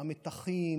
המתחים,